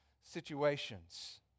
situations